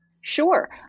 Sure